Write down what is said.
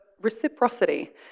reciprocity